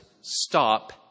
stop